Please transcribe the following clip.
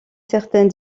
certaines